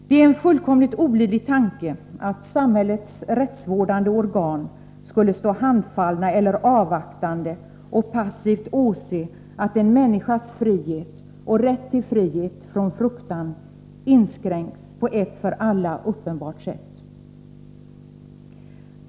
Det är en fullkomligt olidlig tanke att samhällets rättsvårdande organ skulle stå handfallna eller avvaktande och passivt åse att en människas frihet och rätt till frihet från fruktan inskränks på ett för alla uppenbart sätt.